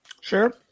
Sure